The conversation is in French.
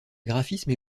graphismes